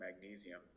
magnesium